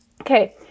Okay